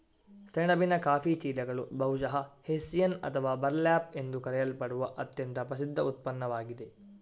ಸೆಣಬಿನ ಕಾಫಿ ಚೀಲಗಳು ಬಹುಶಃ ಹೆಸ್ಸಿಯನ್ ಅಥವಾ ಬರ್ಲ್ಯಾಪ್ ಎಂದು ಕರೆಯಲ್ಪಡುವ ಅತ್ಯಂತ ಪ್ರಸಿದ್ಧ ಉತ್ಪನ್ನವಾಗಿದೆ